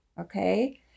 okay